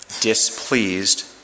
displeased